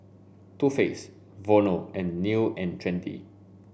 Too Faced Vono and New and Trendy